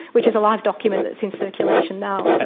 which is a live document that's in circulation now, so